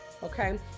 okay